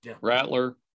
Rattler